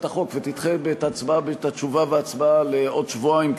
החוק ותדחה את התשובה וההצבעה לעוד שבועיים,